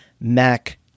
Mac